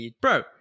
bro